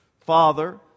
Father